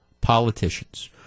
politicians